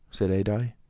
said adye.